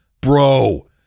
bro